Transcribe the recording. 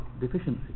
deficiency